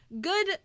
good